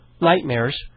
nightmares